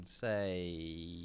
Say